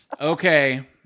okay